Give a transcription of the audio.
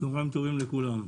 צוהריים טובים לכולם,